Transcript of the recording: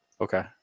Okay